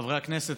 חברי הכנסת,